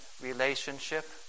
relationship